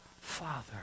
Father